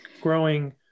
growing